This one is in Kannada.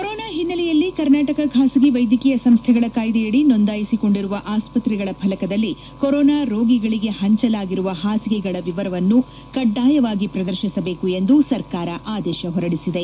ಕೊರೊನಾ ಹಿನ್ನೆಲೆಯಲ್ಲಿ ಕರ್ನಾಟಕ ಖಾಸಗಿ ವೈದ್ಯಕೀಯ ಸಂಸ್ಣೆಗಳ ಕಾಯ್ದೆಯಡಿ ನೋಂದಾಯಿಸಿಕೊಂಡಿರುವ ಆಸ್ಸತ್ರೆಗಳ ಫಲಕದಲ್ಲಿ ಕೊರೊನಾ ರೋಗಿಗಳಿಗೆ ಹಂಚಲಾಗಿರುವ ಹಾಸಿಗೆಗಗಳ ವಿವರವನ್ನು ಕಡ್ಡಾಯವಾಗಿ ಪ್ರದರ್ಶಿಸಬೇಕು ಎಂದು ಸರ್ಕಾರ ಆದೇಶ ಹೊರಡಿಸಿದೆ